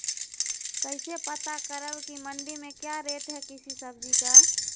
कैसे पता करब की मंडी में क्या रेट है किसी सब्जी का?